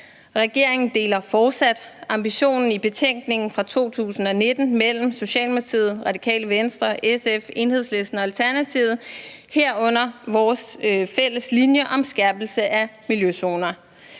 Regeringen deler fortsat ambitionen i betænkningen fra 2019 givet af Socialdemokratiet, Radikale Venstre, SF, Enhedslisten og Alternativet, herunder vores fælles linje om skærpelse af miljøzoner.